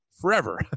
forever